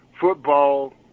football